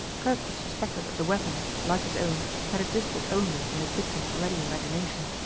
kirkwood suspected that the weapon, like his own, had existed only in his victim's ready imagination.